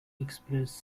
expressed